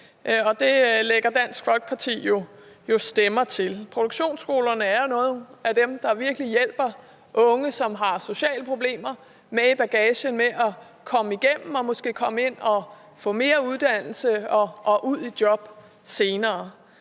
og det lægger Dansk Folkeparti jo stemmer til. Produktionsskolerne er nogle af dem, der virkelig hjælper unge, som har sociale problemer med i bagagen, med at komme igennem og måske komme ind og få mere uddannelse og ud i job senere.